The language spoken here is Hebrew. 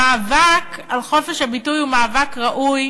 המאבק על חופש הביטוי הוא מאבק ראוי